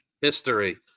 history